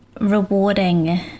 rewarding